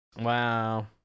Wow